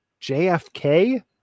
JFK